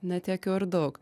ne tiek jau ir daug